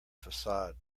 facade